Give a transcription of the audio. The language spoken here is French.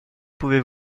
pouvez